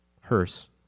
hearse